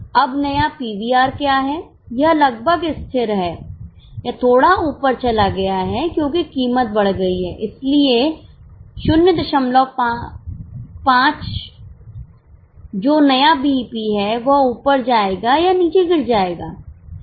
अब नया पीवीआर क्या है यह लगभग स्थिर है यह थोड़ा ऊपर चला गया है क्योंकि कीमत बढ़ गई है इसलिए 050 जो नया बीईपी है वह ऊपर जाएगा या नीचे गिर जाएगा